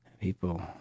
People